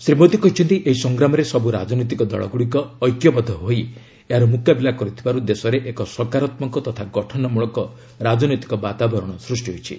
ଶ୍ରୀ ମୋଦୀ କହିଛନ୍ତି ଏହି ସଂଗ୍ରାମରେ ସବୁ ରାଜନୈତିକ ଦଳଗୁଡ଼ିକ ଏକ୍ୟବଦ୍ଧ ହୋଇ ଏହାର ମୁକାବିଲା କରୁଥିବାରୁ ଦେଶରେ ଏକ ସକାରାତ୍ମକ ତଥା ଗଠନମଳକ ରାଜନୈତିକ ବାତାବରଣ ସୃଷ୍ଟି ହୋଇଛି